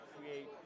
create